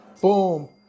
Boom